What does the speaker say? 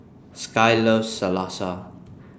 Skye loves Salsa